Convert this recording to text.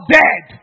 dead